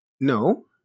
no